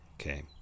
Okay